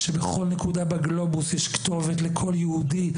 שבה בכל נקודה בגלובוס יש כתובת לכל יהודי,